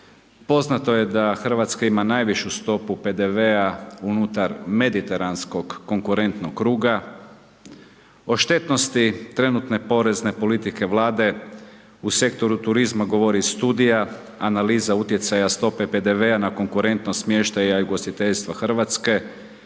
poznato je da Hrvatska ima najvišu stopu PDV-a unutar mediteranskog konkurentnog kruga, o štetnosti trenutne porezne politike Vlade u sektoru turizma govori studija analiza utjecaja stope PDV-a na konkurentnost smještaja i ugostiteljstva Hrvatske